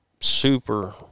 super